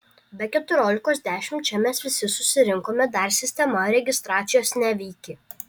be keturiolikos dešimt čia mes visi susirinkome dar sistema registracijos neveikė